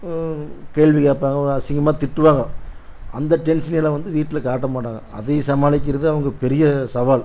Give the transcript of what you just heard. கேள்வி கேட்பாங்க அசிங்கமாக திட்டுவாங்க அந்த டென்ஷனையெல்லாம் வந்து வீட்டில் காட்ட மாட்டாங்க அதையே சமாளிக்கிறது அவங்க பெரிய சவால்